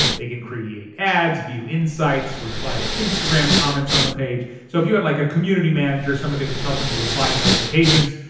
they can create ads, view insights, reply to instagram comments on the page. so if you had like a community manager, someone that was helping you reply to notifications,